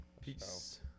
Peace